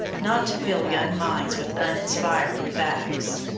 not to fill young minds with uninspiring facts.